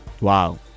Wow